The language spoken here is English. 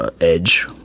edge